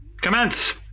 Commence